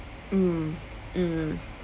mm mm